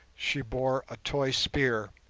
she bore a toy spear,